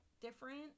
different